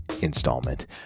installment